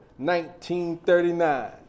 1939